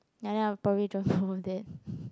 no no probably don't over that